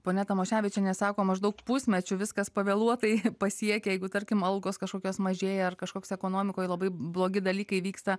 ponia tamoševičienė sako maždaug pusmečiu viskas pavėluotai pasiekia jeigu tarkim algos kažkokios mažėja ar kažkoks ekonomikoj labai blogi dalykai vyksta